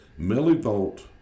millivolt